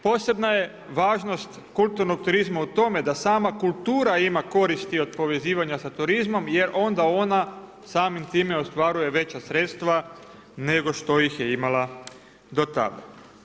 Posebna je važnost kulturnog turizma da sama kultura ima koristi od povezivanja sa turizmom jer onda ona samim time ostvaruje veća sredstva nego što ih je imala do tada.